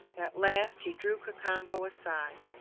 at last he drew cacambo aside.